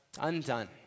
undone